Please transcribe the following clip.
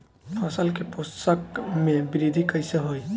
फसल के पोषक में वृद्धि कइसे होई?